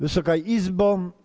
Wysoka Izbo!